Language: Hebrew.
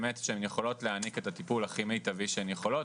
באמת יכולות להעניק את הטיפול הכי מיטבי שהן יכולות.